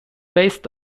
based